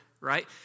Right